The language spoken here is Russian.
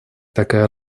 такая